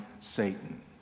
Satan